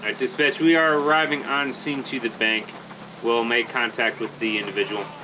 ah dispatch we are arriving on scene to the bank we'll make contact with the individual